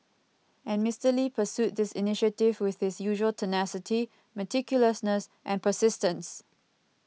and Mister Lee pursued this initiative with his usual tenacity meticulousness and persistence